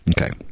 Okay